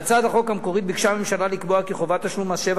בהצעת החוק המקורית ביקשה הממשלה לקבוע כי חובת תשלום מס שבח